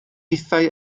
hithau